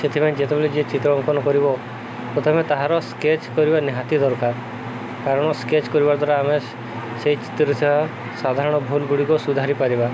ସେଥିପାଇଁ ଯେତେବେଳେ ଯିଏ ଚିତ୍ର ଅଙ୍କନ କରିବ ପ୍ରଥମେ ତାହାର ସ୍କେଚ୍ କରିବା ନିହାତି ଦରକାର କାରଣ ସ୍କେଚ୍ କରିବା ଦ୍ୱାରା ଆମେ ସେଇ ଚିତ୍ର ସେ ସାଧାରଣ ଭୁଲ ଗୁଡ଼ିକ ସୁଧାରି ପାରିବା